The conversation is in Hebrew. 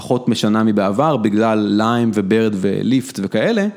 פחות משנה מבעבר בגלל ליים ובירד וליפט וכאלה.